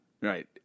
Right